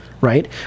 Right